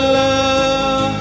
love